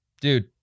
Dude